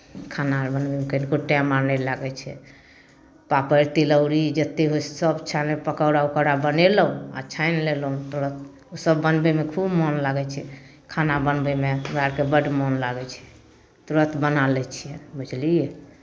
खाना अर बनबैमे कनिको टाइम अर नहि लगै छै पापड़ तिलौरी जतेक होइ छै सभ छान पकौड़ा उकौड़ा बनेलहुँ आ छानि लेलहुँ तुरन्त ओसभ बनबैमे खूब मोन लागै छै खाना बनबैमे हमरा अरके बड मोन लागै छै तुरन्त बना लै छियै बुझलियै